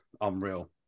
Unreal